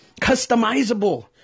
customizable